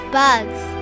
bugs